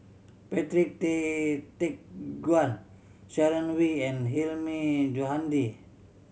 Patrick Tay Teck Guan Sharon Wee and Hilmi Johandi